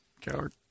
Coward